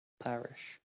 parish